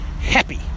happy